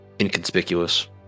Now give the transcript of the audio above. Inconspicuous